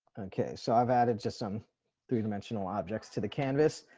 okay, so i've added just some three dimensional objects to the canvas.